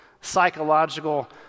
psychological